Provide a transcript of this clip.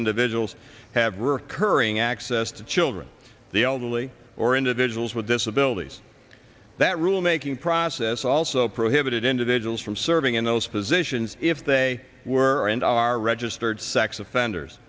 individuals have recurring access to children the elderly or individuals with disabilities that rulemaking process also prohibited individuals from serving in those positions if they were and are registered sex offenders